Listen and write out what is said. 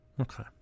Okay